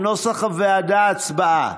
הצבעה.